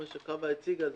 מה שחוה הציגה,